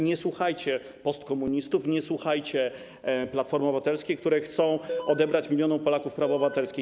Nie słuchajcie postkomunistów, nie słuchajcie Platformy Obywatelskiej, które chcą odebrać milionom Polaków prawa obywatelskie.